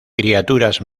criaturas